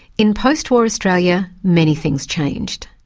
in post-war australia many things change,